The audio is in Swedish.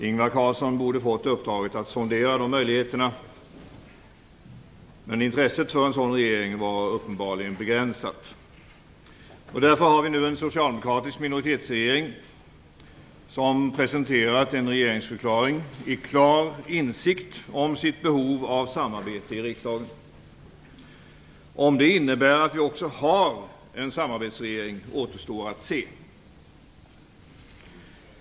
Ingvar Carlsson borde fått uppdraget att sondera de möjligheterna, men intresset för en sådan regering var uppenbarligen begränsat. Därför har vi nu en socialdemokratisk minoritetsregering som presenterat en regeringsförklaring i klar insikt om sitt behov av samarbete i riksdagen. Om det innebär att vi också har en samarbetsregering återstår att se.